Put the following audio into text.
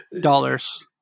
dollars